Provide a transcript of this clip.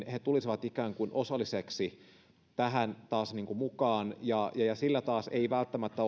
tulisivat ikään kuin osallisiksi tähän taas mukaan ja ja sillä taas ei välttämättä